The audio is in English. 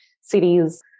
cities